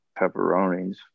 pepperonis